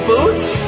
Boots